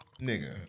nigga